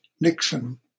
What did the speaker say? Nixon